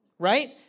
Right